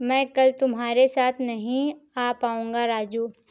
मैं कल तुम्हारे साथ नहीं आ पाऊंगा राजू